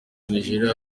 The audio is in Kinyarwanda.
nigeriya